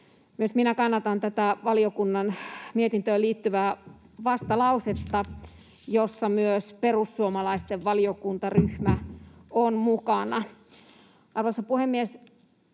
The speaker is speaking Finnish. kannatan tätä valiokunnan mietintöön liittyvää vastalausetta, jossa myös perussuomalaisten valiokuntaryhmä on mukana.